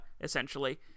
Essentially